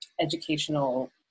educational